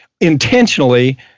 intentionally